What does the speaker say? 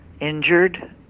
injured